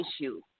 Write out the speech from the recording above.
issue